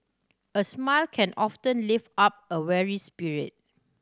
a smile can often live up a weary spirit